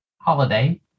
holiday